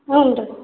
ಹ್ಞೂ ರೀ